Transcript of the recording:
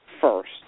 first